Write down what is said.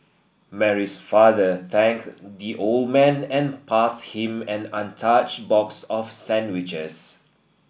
Mary's father thanked the old man and pass him an untouched box of sandwiches